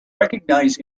recognize